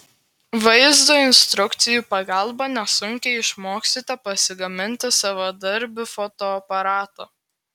vaizdo instrukcijų pagalba nesunkiai išmoksite pasigaminti savadarbį fotoaparatą